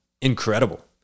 incredible